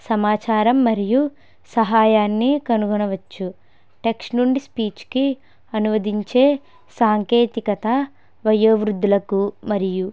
సమాచారం మరియు సహాయాన్ని కనుగొనవచ్చు టెక్స్ట్ నుండి స్పీచ్కి అనువదించే సాంకేతికత వయోవృద్ధులకు మరియు